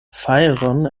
fajron